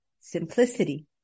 simplicity